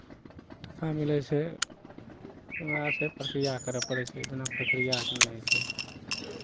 टाका मिलै छै उएह छै प्रक्रिया करय पड़ैत छै बिना प्रक्रियाके नहि होइ छै